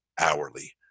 hourly